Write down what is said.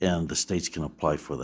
and the states can apply for